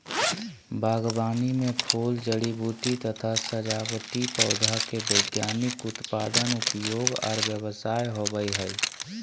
बागवानी मे फूल, जड़ी बूटी तथा सजावटी पौधा के वैज्ञानिक उत्पादन, उपयोग आर व्यवसाय होवई हई